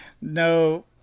no